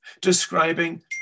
describing